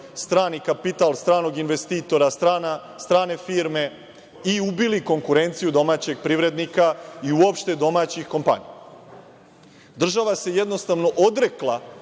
strani kapital, stranog investitora, strane firme i ubili konkurenciju domaćeg privrednika i uopšte domaćih kompanija. Država se jednostavno odrekla